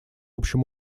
общем